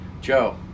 Joe